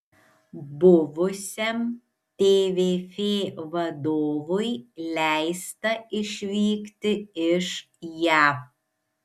buvusiam tvf vadovui leista išvykti iš jav